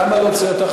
למה להוציא אותה?